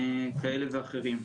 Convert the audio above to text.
כאלה ואחרים.